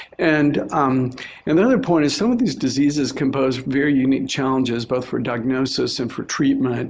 and um and another point is some of these diseases compose very unique challenges, both for diagnosis and for treatment.